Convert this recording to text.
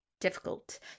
difficult